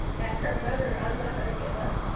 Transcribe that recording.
as her mother, i'm not going to give up.